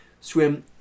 Swim